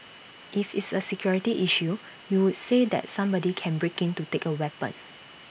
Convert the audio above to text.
if it's A security issue you would say that somebody can break in to take A weapon